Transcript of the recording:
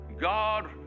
God